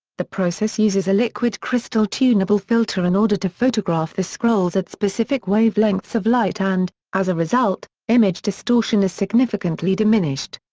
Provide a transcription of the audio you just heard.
the process uses a liquid crystal tunable filter in order to photograph the scrolls at specific wavelengths of light and, as a result, image distortion is significantly diminished.